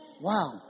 Wow